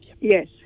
Yes